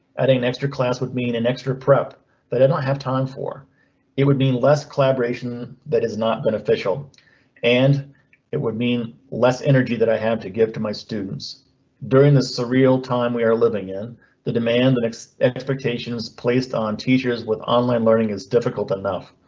adding extra class with me in an extra prep but i don't have time for it would mean less collaboration that is not beneficial and it would mean less energy that i have to give to my students during the surreal time. we're living in the demand and expectations placed on teachers with online learning is difficult enough.